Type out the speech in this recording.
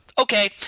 okay